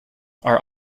are